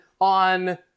on